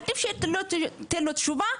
עדיף שתיתן לו תשובה,